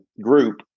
group